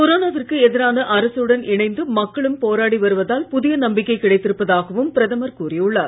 கொரோனாவிற்கு எதிராக அரசுடன் இணைந்து மக்களும் போராடி வருவதால் புதிய நம்பிக்கை கிடைத்திருப்பதாகவும் பிரதமர் கூறியுள்ளார்